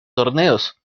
torneos